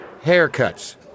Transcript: Haircuts